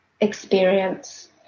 experience